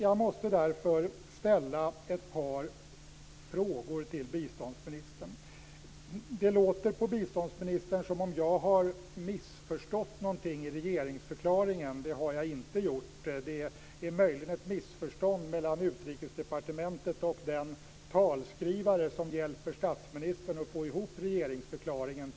Jag måste därför ställa ett par frågor till biståndsministern. Det låter på biståndsministern som att jag har missförstått något i regeringsförklaringen men det har jag inte gjort. Möjligen föreligger ett missförstånd mellan Utrikesdepartementet och den talskrivare som hjälper statsministern med att få ihop regeringsförklaringen.